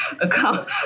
account